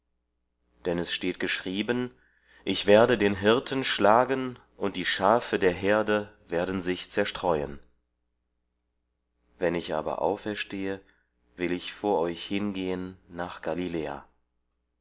denn es steht geschrieben ich werde den hirten schlagen und die schafe der herde werden sich zerstreuen wenn ich aber auferstehe will ich vor euch hingehen nach galiläa